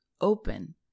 open